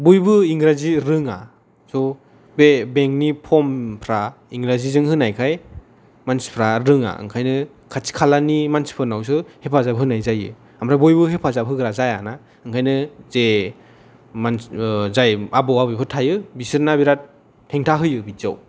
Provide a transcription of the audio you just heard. बयबो इंराजि रोङा स' बे बेंक नि पर्मफ्रा इंराजिजों होनायखाय मानसिफ्रा रोङा ओंखायनो खाथि खालानि मानसिफोरनावसो हेफाजाब होनाय जायो ओमफ्राय बयबो हेफाजाब होग्रा जायाना ओंखायनो जे मानसि जाय आबौ आबैफोर थायो बिसोरना बिराद हेंथा होयो बिदिआव